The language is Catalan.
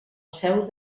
seu